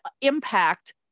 impact